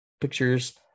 pictures